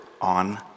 on